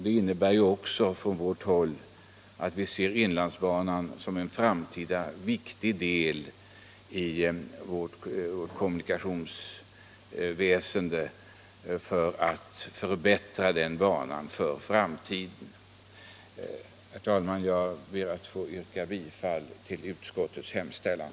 Det innebär också att vi ser inlandsbanan som en framtida viktig del av vårt kommunikationsväsende, och att den därför bör förbättras. Herr talman! Jag ber att få yrka bifall till utskottets hemställan.